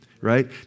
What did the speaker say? Right